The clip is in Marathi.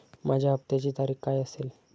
माझ्या हप्त्याची तारीख काय असेल?